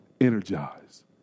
energized